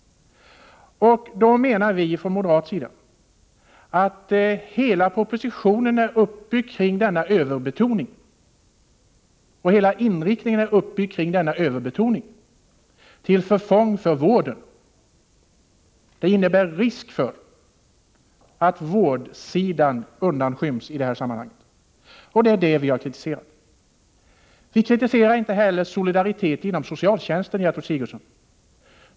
Från moderat sida menar vi att hela propositionen är uppbyggd kring denna överbetoning — hela inriktningen är uppbyggd kring en överbetoning av den förebyggande verksamheten till förfång för vården. Det innebär en risk för att vårdsidan undanskyms i detta sammanhang. Det är detta vi har kritiserat. Vi kritiserar inte solidariteten inom socialtjänsten, Gertrud Sigurdsen.